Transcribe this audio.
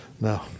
No